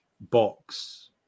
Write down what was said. box